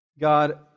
God